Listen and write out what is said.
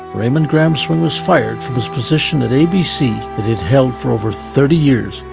raymond gram swing was fired from his position at nbc that it held for over thirty years.